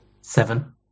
seven